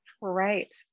Right